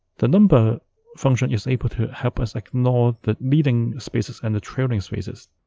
the number function is able to help us ignore the leading spaces and the trailing spaces